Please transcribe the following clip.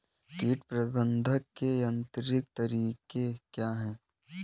कीट प्रबंधक के यांत्रिक तरीके क्या हैं?